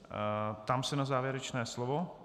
Ptám se na závěrečné slovo.